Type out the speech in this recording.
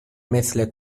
مثل